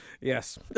yes